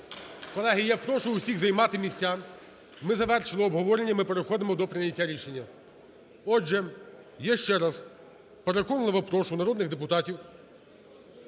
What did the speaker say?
Колеги, я прошу усіх займати місця. Ми завершили обговорення, ми переходимо до прийняття рішення. Отже, я ще раз переконливо прошу народних депутатів